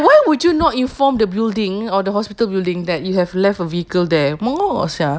why would you not inform the building or the hospital building that you have left a vehicle there bodoh sia